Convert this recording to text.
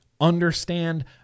understand